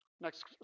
Next